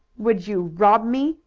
would you rob me?